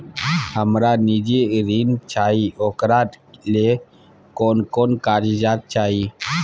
हमरा निजी ऋण चाही ओकरा ले कोन कोन कागजात चाही?